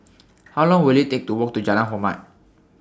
How Long Will IT Take to Walk to Jalan Hormat